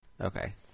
Okay